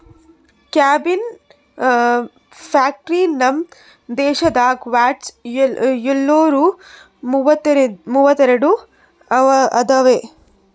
ಕಬ್ಬಿನ್ ಫ್ಯಾಕ್ಟರಿ ನಮ್ ದೇಶದಾಗ್ ವಟ್ಟ್ ಯೋಳ್ನೂರಾ ಮೂವತ್ತೆರಡು ಅದಾವ್